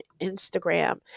Instagram